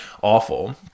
awful